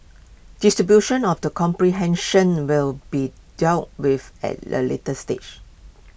distribution of the comprehension will be dealt with at A later stage